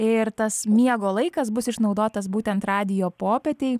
ir tas miego laikas bus išnaudotas būtent radijo popietei